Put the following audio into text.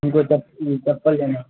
ہم کو چپ چپل لینا